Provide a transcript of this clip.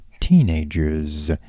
teenagers